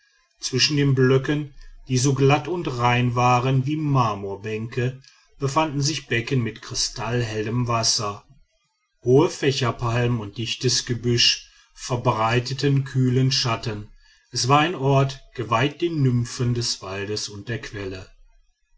zwischen den blöcken die so glatt und rein waren wie marmorbänke befanden sich becken mit kristallhellem wasser hohe fächerpalmen und dichtes gebüsch verbreiteten kühlen schatten es war ein ort geweiht den nymphen des waldes und der quelle